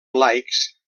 laics